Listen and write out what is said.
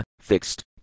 fixed